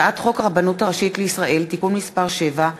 הצעת חוק הרבנות הראשית לישראל (תיקון מס' 7)